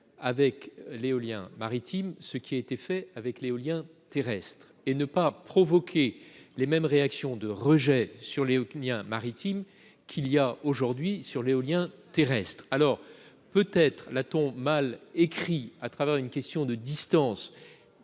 avec l'éolien maritime, ce qui a été fait avec l'éolien terrestre et ne pas provoquer les mêmes réactions de rejet sur l'éolien maritime qu'il y a aujourd'hui sur l'éolien terrestre alors peut être la tombe mal écrit à travers une question de distance